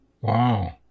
wow